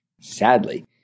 Sadly